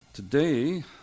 Today